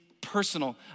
personal